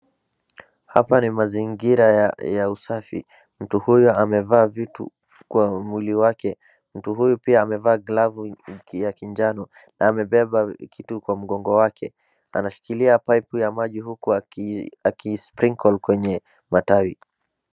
Hapa ni mazingira ya usafi. Mtu huyu amevaa vitu kwa mwili wake. Mtu huyu pia amevaa glavu ya kijano na amebeba kitu kwa mgongo wake. Anashikilia paipu ya maji huku aki sprinkle kwenye matawi.